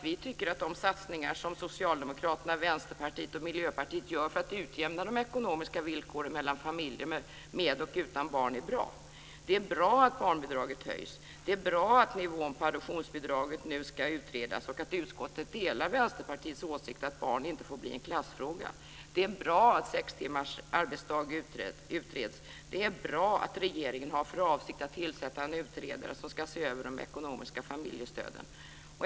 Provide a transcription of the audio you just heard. Vi tycker att de satsningar som Socialdemokraterna, Vänsterpartiet och Miljöpartiet gör för att utjämna de ekonomiska villkoren mellan familjer med och utan barn är bra. Det är bra att barnbidraget höjs, det är bra att nivån på adoptionsbidraget nu ska utredas och att utskottet delar Vänsterpartiets åsikt att barn inte får bli en klassfråga, det är bra att sex timmars arbetsdag utreds och det är bra att regeringen har för avsikt att tillsätta en utredare som ska se över de ekonomiska familjestöden.